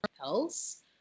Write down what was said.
else